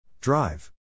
Drive